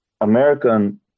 American